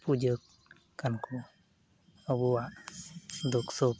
ᱯᱩᱡᱟᱹᱜ ᱠᱟᱱᱠᱚ ᱟᱵᱚᱣᱟᱜ ᱫᱩᱠᱼᱥᱩᱠᱷ